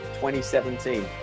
2017